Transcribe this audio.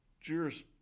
Cheers